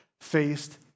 faced